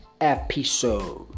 episode